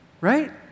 Right